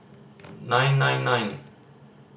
nine nine nine